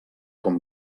com